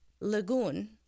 lagoon